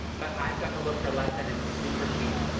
but i've got the look for less and it's super chic,